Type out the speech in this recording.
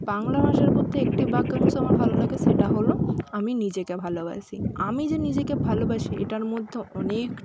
বাংলা ভাষার প্রতি একটি বাক্যাংশ আমার ভালো লাগে সেটা হলো আমি নিজেকে ভালোবাসি আমি যে নিজেকে ভালোবাসি এটার মধ্যে অনেকটা